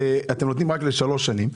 ואתם נותנים רק לשלוש שנים,